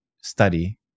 study